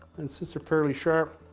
and since they're fairly sharp,